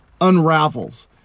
unravels